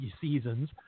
seasons